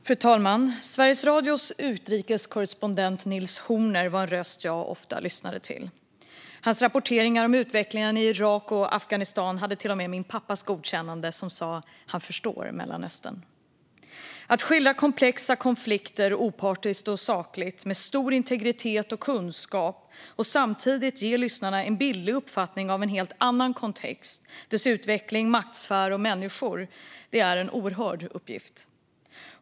Fru talman! Sveriges Radios utrikeskorrespondent Nils Horner var en röst jag ofta lyssnade till. Hans rapporteringar om utvecklingen i Irak och Afghanistan hade till och med min pappas godkännande. Min pappa sa: "Han förstår Mellanöstern." Att skildra komplexa konflikter opartiskt och sakligt, med stor integritet och kunskap och samtidigt ge lyssnarna en bildlig uppfattning av en helt annan kontext och dess utveckling, maktsfär och människor är en oerhörd uppgift.